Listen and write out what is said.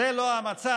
זה לא המצב.